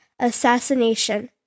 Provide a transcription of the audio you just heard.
assassination